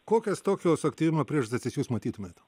kokias tokio suaktyvėjimo priežastis jūs matytumėt